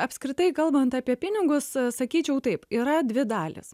apskritai kalbant apie pinigus sakyčiau taip yra dvi dalys